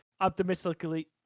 optimistically